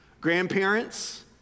grandparents